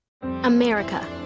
America